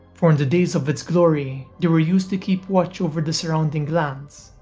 for in the days of its glory they were used to keep watch over the surrounding lands,